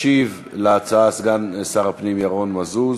ישיב על ההצעה סגן שר הפנים ירון מזוז.